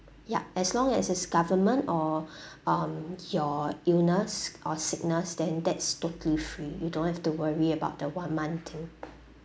yup as long as it's government or um your illness or sickness then that's totally free you don't have to worry about the one month too